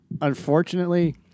Unfortunately